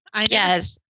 Yes